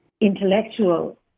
intellectual